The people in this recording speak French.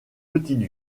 petite